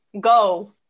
go